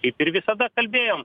kaip ir visada kalbėjom